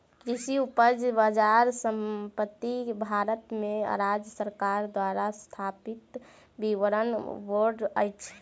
कृषि उपज बजार समिति भारत में राज्य सरकार द्वारा स्थापित विपणन बोर्ड अछि